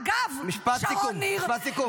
אגב, שרון ניר -- משפט סיכום, תודה רבה.